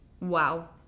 Wow